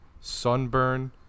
sunburn